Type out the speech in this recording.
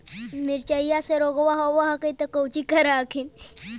मिर्चया मे रोग्बा होब है तो कौची कर हखिन?